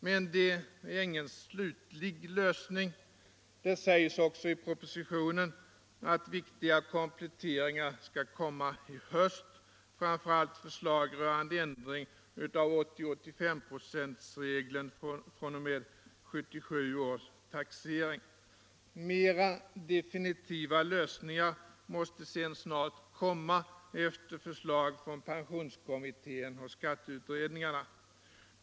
Men det är ingen slutlig lösning. Det sägs också i propositionen att viktiga kompletteringar skall komma i höst, framför allt förslag rörande ändring av 80/85-procentsregeln fr.o.m. 1977 års taxering. Mera definitiva lösningar måste sedan komma efter förslag från pensionskommittén och skatteutredningarna.